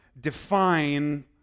define